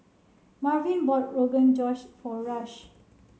Marvin bought Rogan Josh for Rush